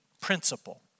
principle